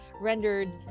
rendered